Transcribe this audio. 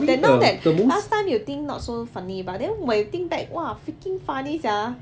that now that last time you think not so funny but then when you think back was freaking funny sia